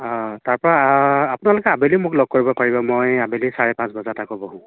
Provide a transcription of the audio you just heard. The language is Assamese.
অঁ তাৰ পৰা অঁ অপোনালোকে আবেলি মোক লগ কৰিব পাৰিব মই আবেলি চাৰে পাঁচ বজাত আকৌ বহোঁ